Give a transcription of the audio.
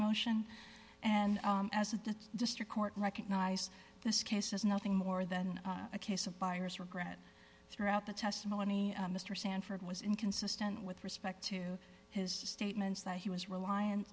motion and as the district court recognized this case is nothing more than a case of buyer's regret throughout the testimony mr sanford was inconsistent with respect to his statements that he was reliant